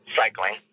cycling